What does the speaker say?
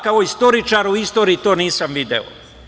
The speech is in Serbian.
Kao istoričar, ja u istoriji to nisam video.